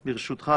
ברשותך,